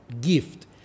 gift